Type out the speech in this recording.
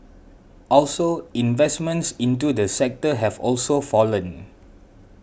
also investments into the sector have also fallen